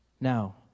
Now